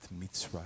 Mitzrayim